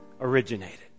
originated